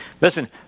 Listen